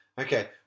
Okay